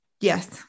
yes